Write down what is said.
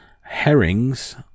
Herrings